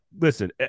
listen